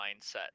mindset